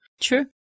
true